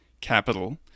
capital